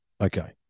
Okay